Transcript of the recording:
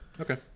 Okay